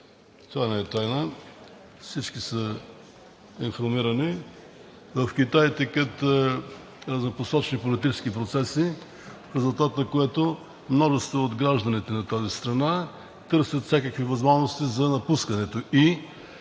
това не е тайна, всички са информирани, в Афганистан текат разнопосочни политически процеси, в резултат на което множество от гражданите на тази страна търсят всякакви възможности за напускането ѝ